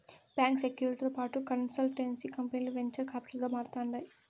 బాంకీ సెక్యూరీలతో పాటు కన్సల్టెన్సీ కంపనీలు వెంచర్ కాపిటల్ గా మారతాండాయి